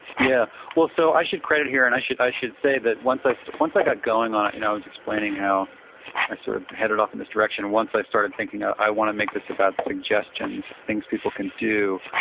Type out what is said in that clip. yeah. well, so i should credit here and i should i should say that once i so once i got going on it, you know i was explaining how i sort of headed off in this direction and once i started thinking i i want to make this about suggestions, things people can do.